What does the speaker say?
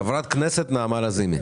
חברת הכנסת נעמה לזיני.